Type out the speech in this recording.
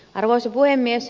arvoisa puhemies